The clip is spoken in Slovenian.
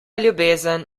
ljubezen